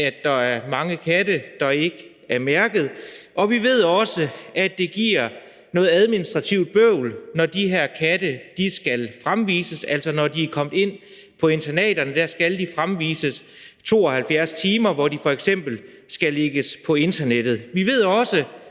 at der er mange katte, der ikke er mærkede, og vi ved også, at det giver noget administrativt bøvl, når de her katte skal fremvises, for når de er kommet ind på internaterne, skal de fremvises i 72 timer, hvor de f.eks. skal lægges på internettet. Vi ved også,